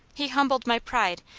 he humbled my pride,